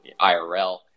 IRL